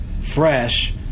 fresh